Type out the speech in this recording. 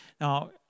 Now